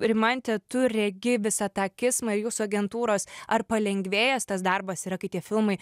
rimante tu regi visą tą kismą ir jūsų agentūros ar palengvėjęs tas darbas yra kai tie filmai